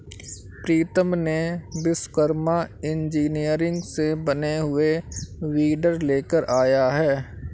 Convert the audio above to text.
प्रीतम ने विश्वकर्मा इंजीनियरिंग से बने हुए वीडर लेकर आया है